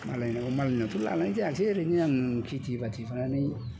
मालायनाव मालायनावथ' लानाय जायासै ओरैनो आं खेथि बाथि खालामनानै